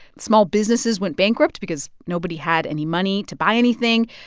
small businesses went bankrupt because nobody had any money to buy anything.